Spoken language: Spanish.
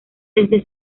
desde